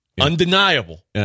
Undeniable